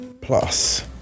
Plus